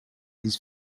his